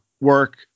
work